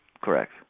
Correct